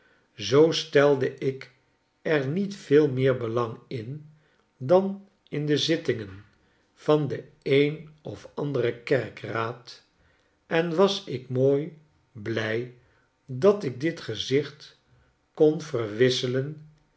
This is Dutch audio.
zoo stelde ik er niet veel meer belang in dan in de zittingen van den een of anderen kerkeraad en was ik mooi blij dat ik dit gezicht kon